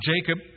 Jacob